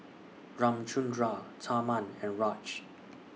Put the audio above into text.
Ramchundra Tharman and Raj